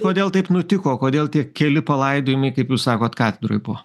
kodėl taip nutiko kodėl tie keli palaidojimai kaip jūs sakot katedroj buvo